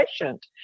patient